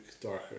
darker